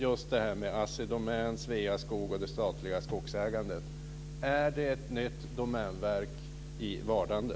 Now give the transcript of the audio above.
När det gäller Assi Domän, Sveaskog och det statliga skogsägandet undrar jag: Är det ett nytt domänverk i vardande?